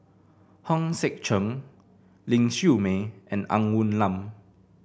Hong Sek Chern Ling Siew May and Ng Woon Lam